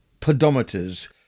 pedometers